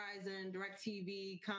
DirecTV